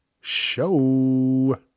show